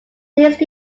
these